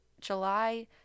July